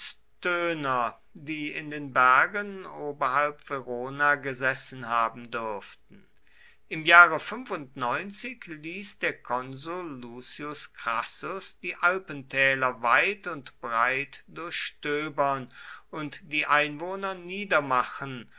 stöner die in den bergen oberhalb verona gesessen haben dürften im jahre ließ der konsul lucius crassus die alpentäler weit und breit durchstöbern und die einwohner niedermachen